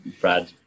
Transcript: Brad